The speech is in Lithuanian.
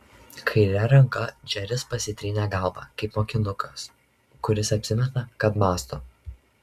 kaire ranka džeris pasitrynė galvą kaip mokinukas kuris apsimeta kad mąsto